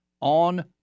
on